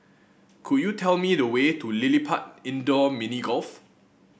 could you tell me the way to LilliPutt Indoor Mini Golf